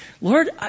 Lord